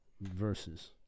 verses